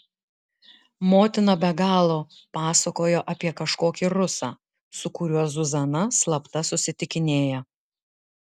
motina be galo pasakojo apie kažkokį rusą su kuriuo zuzana slapta susitikinėja